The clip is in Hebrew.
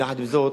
יחד עם זאת,